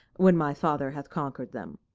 when my father hath conquered them.